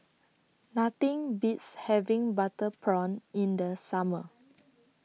Nothing Beats having Butter Prawn in The Summer